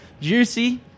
juicy